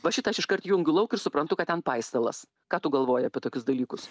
va šitą aš iškart jungiu lauk ir suprantu kad ten paistalas ką tu galvoji apie tokius dalykus